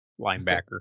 linebacker